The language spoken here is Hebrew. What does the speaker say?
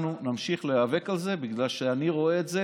אנחנו נמשיך להיאבק על זה בגלל שאני רואה את זה